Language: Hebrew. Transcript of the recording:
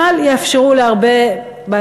אבל יאפשרו להרבה,